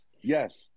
Yes